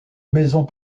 maisons